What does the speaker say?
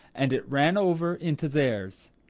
and it ran over into theirs.